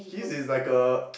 his is like a